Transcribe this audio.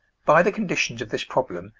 by the conditions of this problem,